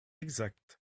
exact